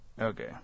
Okay